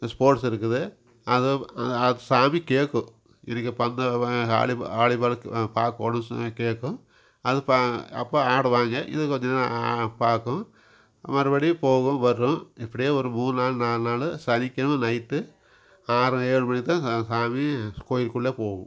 sports இருக்குது அதை அத் சாமி கேட்கும் இதுக்கு பண்ணவன் பார்க்கோணும் சொல்லி கேட்கும் அதுப்பா அப்போ ஆடுவாங்க இது கொஞ்சம் பார்க்கும் மறுபடி போகும் வரும் இப்படியே ஒரு மூணு நாள் நாலு நாள் சனிக் கிழமை நைட்டு ஆறு ஏழு மணிக்கு தான் கா சாமி கோவில்குள்ளே போகும்